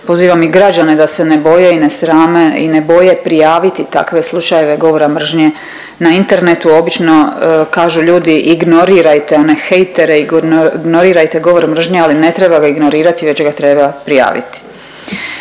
pozivam i građane da se ne boje i ne srame i ne boje prijaviti takve slučajeva govora mržnje na internetu, obično kažu ljudi, ignorirajte one hejtere i ignorirajte govor mržnje, ali ne treba ga ignorirati već ga treba prijaviti.